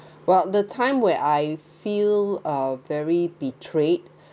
while the time where I feel uh very betrayed